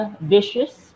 vicious